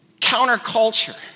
counterculture